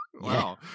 Wow